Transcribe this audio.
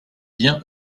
bien